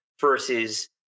versus